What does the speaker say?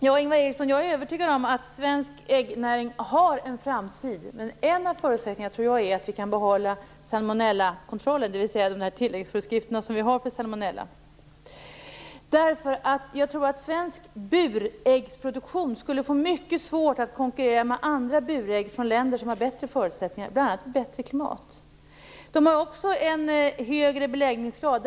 Jag är övertygad om att svensk äggnäring har en framtid. En av förutsättningarna är då att vi kan behålla salmonellakontrollen, dvs. de tilläggsföreskrifter som man i Sverige har för salmonella. Svensk buräggsproduktion skulle få mycket svårt att konkurrera med burägg från länder som har bättre förutsättningar, bl.a. ett bättre klimat. Andra länder har också en högre beläggningsgrad.